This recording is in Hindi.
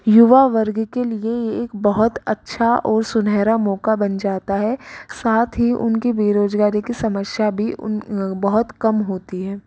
युवा वर्ग के लिए यह एक बहुत अच्छा और सुनहरा मौका बन जाता है साथ ही उनकी बेरोज़गारी की समस्या भी बहुत कम होती है